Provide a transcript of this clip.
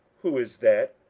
who is that?